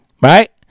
right